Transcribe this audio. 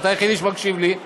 אתה היחידי שמקשיב לי,